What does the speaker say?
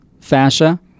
fascia